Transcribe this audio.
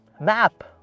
Map